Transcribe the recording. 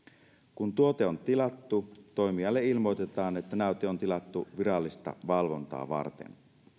kun tuote on tilattu toimijalle ilmoitetaan että näyte on tilattu virallista valvontaa varten